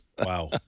Wow